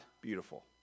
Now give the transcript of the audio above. beautiful